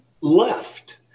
left